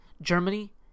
Germany